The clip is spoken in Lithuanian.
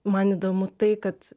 man įdomu tai kad